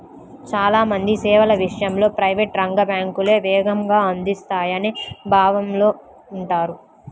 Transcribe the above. చాలా మంది సేవల విషయంలో ప్రైవేట్ రంగ బ్యాంకులే వేగంగా అందిస్తాయనే భావనలో ఉంటారు